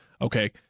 okay